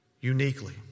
uniquely